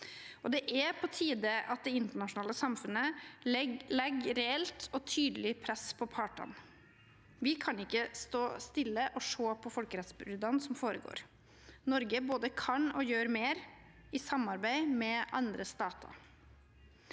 Det er på tide at det internasjonale samfunnet legger reelt og tydelig press på partene. Vi kan ikke stå stille og se på folkerettsbruddene som foregår. Norge både kan og bør gjøre mer i samarbeid med andre stater.